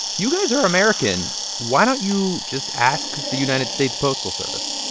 you guys are american. why don't you just ask the united states postal service?